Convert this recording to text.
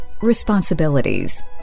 responsibilities